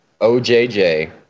OJJ